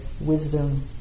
wisdom